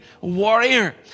warrior